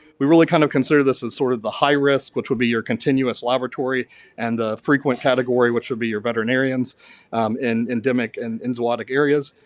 we really kind of consider this as sort of the high risk, which will be your continuous laboratory and the frequent category which will be your veterinarians and endemic and in a so lot of areas.